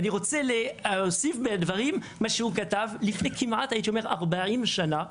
רוצה להוסיף דברים שהוא כתב לפני כמעט 40 שנה,